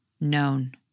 known